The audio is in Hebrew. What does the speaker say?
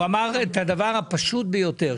הוא אמר את הדבר הפשוט ביותר,